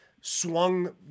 swung